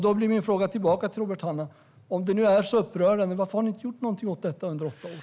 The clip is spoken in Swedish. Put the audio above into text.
Då blir min fråga tillbaka till Robert Hannah: Om det nu är så upprörande, varför har ni inte gjort någonting åt detta under åtta år?